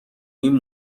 این